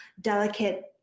delicate